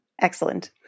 Excellent